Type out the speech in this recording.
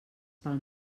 pel